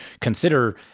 consider